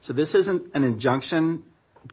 so this isn't an injunction